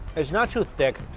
it's not too thick